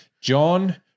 John